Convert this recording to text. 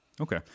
Okay